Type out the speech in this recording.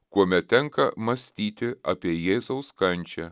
kuomet tenka mąstyti apie jėzaus kančią